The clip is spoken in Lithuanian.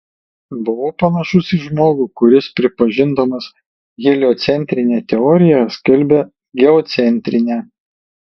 buvau panašus į žmogų kuris pripažindamas heliocentrinę teoriją skelbia geocentrinę